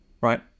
right